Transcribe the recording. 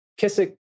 Kissick